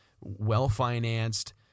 well-financed